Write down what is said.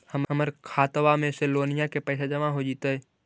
हमर खातबा में से लोनिया के पैसा जामा हो जैतय?